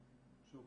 עוד